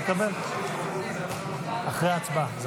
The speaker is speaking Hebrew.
תקבל, אחרי ההצבעה.